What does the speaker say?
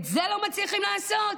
את זה לא מצליחים לעשות?